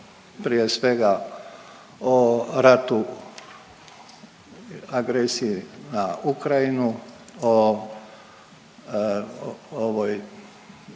prije svega o ratu, agresiji na Ukrajinu, o ovoj